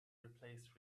replaced